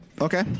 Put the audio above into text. Okay